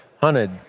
hunted